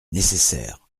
nécessaire